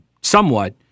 somewhat